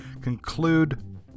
conclude